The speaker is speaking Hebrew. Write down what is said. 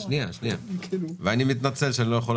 יכול להיות שיצטרכו להיות